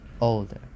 older